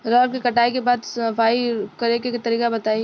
रहर के कटाई के बाद सफाई करेके तरीका बताइ?